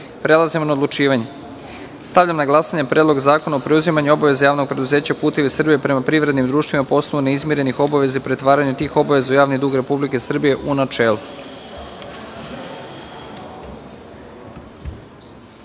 poslanika. Prelazimo na odlučivanje. Stavljam na glasanje Predlog zakona o preuzimanju obaveza Javnog preduzeća "Putevi Srbije" prema privrednim društvima po osnovu neizmirenih obaveza i pretvaranja tih obaveza u javni dug Republike Srbije, u načelu. Molim